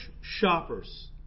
shoppers